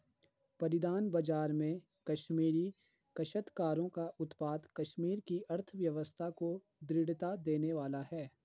परिधान बाजार में कश्मीरी काश्तकारों का उत्पाद कश्मीर की अर्थव्यवस्था को दृढ़ता देने वाला है